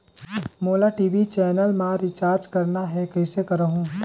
मोला TV channel मा recharge करना हे, कइसे करहुँ?